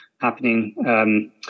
happening